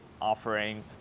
offering